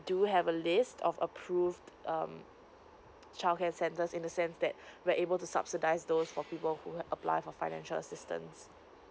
do have a list of approved um childcare centers in the sense that we're able to subsidise those for people who applies for financial assistance